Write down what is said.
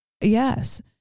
yes